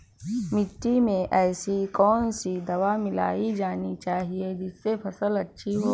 मिट्टी में ऐसी कौन सी दवा मिलाई जानी चाहिए जिससे फसल अच्छी हो?